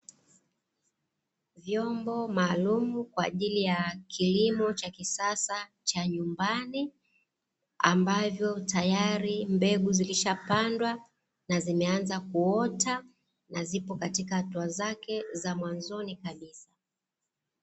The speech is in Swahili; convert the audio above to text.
Vyombo maalumu kwa ajili ya kilimo cha kisasa cha nyumbani, ambavyo tayari mbegu zilishapandwa na zimeanza kuota na ziko katika hatua zake za mwanzoni kabisa.